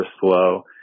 slow